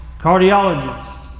cardiologist